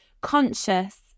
conscious